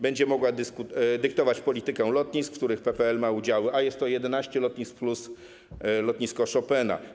Będzie mogła dyktować politykę lotnisk, w których PPL ma udziały, a jest to 11 lotnisk plus Lotnisko Chopina.